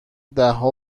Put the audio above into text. دهها